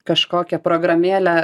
kažkokią programėlę